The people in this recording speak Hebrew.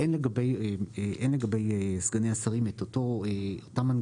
אין לגבי סגני שרים את אותם מנגנונים